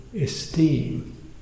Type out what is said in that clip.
esteem